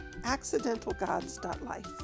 AccidentalGods.life